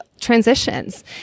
transitions